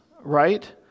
right